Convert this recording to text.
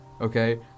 Okay